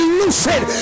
lucid